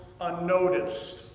unnoticed